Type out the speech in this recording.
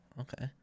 Okay